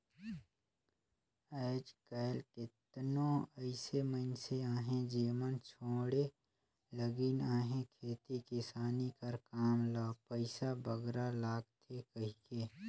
आएज काएल केतनो अइसे मइनसे अहें जेमन छोंड़े लगिन अहें खेती किसानी कर काम ल पइसा बगरा लागथे कहिके